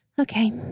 Okay